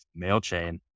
MailChain